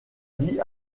vie